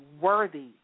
worthy